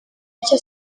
ibyo